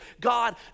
God